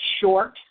short